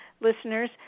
listeners